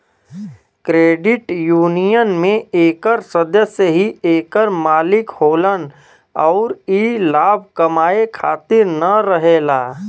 credit union में एकर सदस्य ही एकर मालिक होलन अउर ई लाभ कमाए खातिर न रहेला